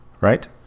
right